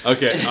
Okay